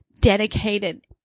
dedicated